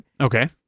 Okay